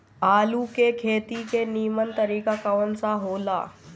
आलू के खेती के नीमन तरीका कवन सा हो ला?